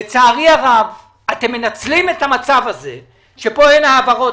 לצערי הרב אתם מנצלים את המצב הזה שכאן אין עכשיו העברות